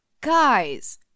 guys